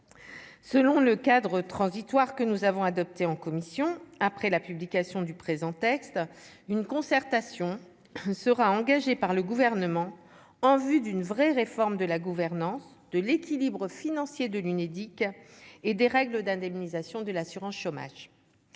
selon le cadre transitoire que nous avons adopté en commission, après la publication du présent texte une concertation sera engagée par le gouvernement en vue d'une vraie réforme de la gouvernance de l'équilibre financier de l'Unédic et des règles d'indemnisation de l'assurance-chômage,